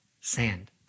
sand